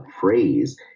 phrase